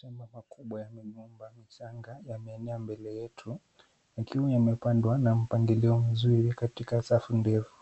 Shamba kubwa ya magomba mchanga yameenea mbele yetu, lakini yamepandwa na mpangilio mzuri katika safu ndefu.